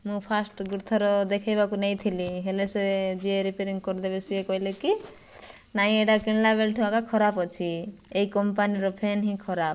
ମୁଁ ଫାଷ୍ଟ ଗୋଟେଥର ଦେଖେଇବାକୁ ନେଇଥିଲି ହେଲେ ସେ ଯିଏ ରିପାରିଂ କରିଦେବେ ସିଏ କହିଲେ କି ନାଇଁ ଏଇଟା କିଣିଲା ବେଳଠୁ ଆଗା ଖରାପ ଅଛି ଏଇ କମ୍ପାନୀର ଫ୍ୟାନ୍ ହିଁ ଖରାପ